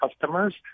customers